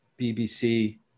BBC